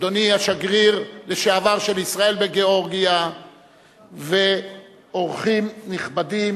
אדוני השגריר לשעבר של ישראל בגאורגיה ואורחים נכבדים